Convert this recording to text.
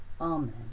Amen